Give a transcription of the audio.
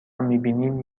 میبینیم